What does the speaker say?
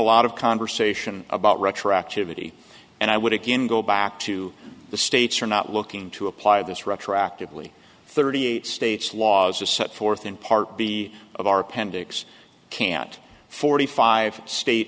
lot of conversation about retroactivity and i would again go back to the states are not looking to apply this retroactively thirty eight states laws a set forth in part b of our appendix can't forty five state